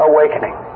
Awakening